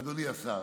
אדוני השר,